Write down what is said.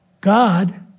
God